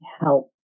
help